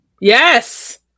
Yes